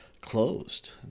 closed